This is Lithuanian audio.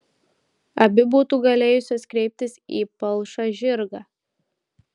abi būtų galėjusios kreiptis į palšą žirgą